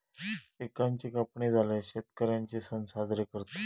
पिकांची कापणी झाल्यार शेतकर्यांचे सण साजरे करतत